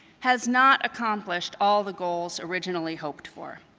has not accomplished all the goals originally hoped for.